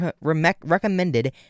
recommended